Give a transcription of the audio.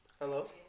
Hello